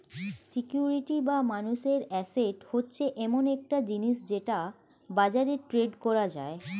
security বা মানুষের asset হচ্ছে এমন একটা জিনিস যেটা বাজারে ট্রেড করা যায়